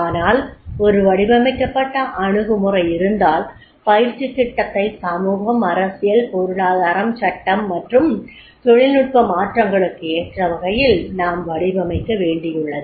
ஆனால் ஒரு வடிவமைக்கப்பட்ட அணுகுமுறை இருந்தால் பயிற்சித் திட்டத்தை சமூகம் அரசியல் பொருளாதாரம் சட்டம் மற்றும் தொழில்நுட்ப மாற்றங்களுக்கு ஏற்றவகையில் நாம் வடிவமைக்க வேண்டியுள்ளது